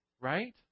Right